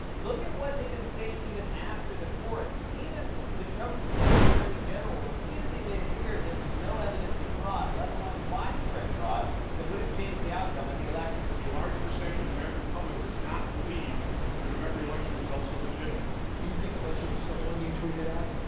look at what they've been saying even after the courts and even the trump supporting attorney general repeatedly made it clear there was no evidence of fraud, let alone widespread fraud that would have changed the outcome of the election. a large percentage of the american public does not believe the november election results are legitimate. you think the election was stolen, you tweeted out?